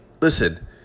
listen